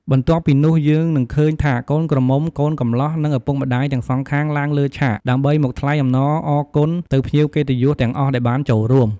បន្ទាប់ពីនោះយើងនឹងឃើញ ថាកូនក្រមុំកូនកំលោះនិងឪពុកម្តាយទាំងសងខាងឡើងលើឆាក ដើម្បីមកថ្លែងអំណអរគុណទៅភ្ញៀវកិត្តិយសទាំងអស់ដែលបានចូលរួម។